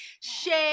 share